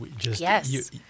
Yes